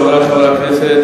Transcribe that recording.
חברי חברי הכנסת,